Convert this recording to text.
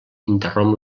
interromp